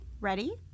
Ready